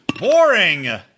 Boring